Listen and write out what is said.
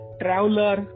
traveler